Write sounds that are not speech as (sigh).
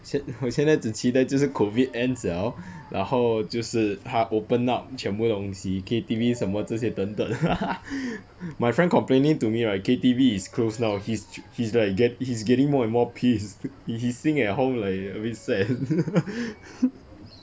现我现在只期待就是 COVID ends liao 然后就是他 open up 全部东西 K_T_V 什么这些等等 (laughs) my friend complaining to me right K_T_V is closed now he's he's like get~ he's getting more and more pissed he sing at home like a bit sad (laughs)